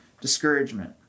discouragement